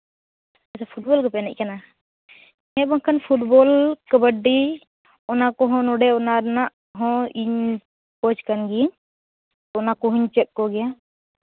ᱟᱯᱮ ᱫᱚ ᱯᱷᱩᱴᱵᱚᱞ ᱜᱮᱯᱮ ᱮᱱᱮᱡ ᱠᱟᱱᱟ ᱦᱮᱸ ᱵᱟᱝᱠᱷᱟᱱ ᱯᱷᱩᱴᱵᱚᱞ ᱠᱟᱵᱟᱰᱤ ᱚᱱᱟ ᱠᱚᱦᱚᱸ ᱱᱚᱸᱰᱮ ᱚᱱᱟ ᱨᱮᱱᱟᱜ ᱦᱚᱸ ᱤᱧ ᱠᱳᱪ ᱠᱟᱱ ᱜᱤᱭᱟᱹᱧ ᱚᱱᱟ ᱠᱚᱦᱚᱧ ᱪᱮᱫ ᱟᱠᱚ ᱜᱮᱭᱟ